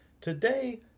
Today